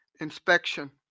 inspection